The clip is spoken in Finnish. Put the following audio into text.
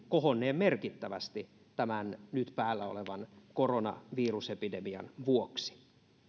kohonneen merkittävästi tämän nyt päällä olevan koronavirusepidemian vuoksi